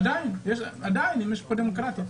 עדיין, אם יש כאן דמוקרטיה.